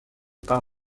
par